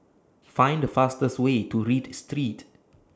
Find The fastest Way to Read Street